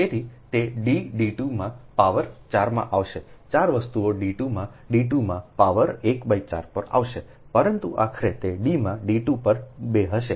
તેથી તે d d 2 માં પાવર 4 માં આવશે 4 વસ્તુઓ D2 માં D2 માં પાવર 1 બાય 4 પર આવશે પરંતુ આખરે તે D માં D2 પર 2 હશે